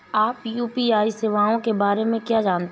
आप यू.पी.आई सेवाओं के बारे में क्या जानते हैं?